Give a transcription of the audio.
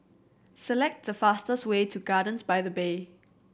select the fastest way to Gardens by the Bay